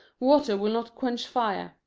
water will not quench fire,